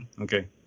okay